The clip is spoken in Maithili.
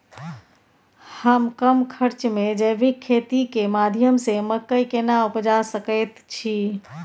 हम कम खर्च में जैविक खेती के माध्यम से मकई केना उपजा सकेत छी?